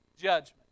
judgment